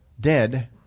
dead